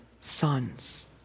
sons